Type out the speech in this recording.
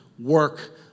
work